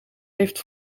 heeft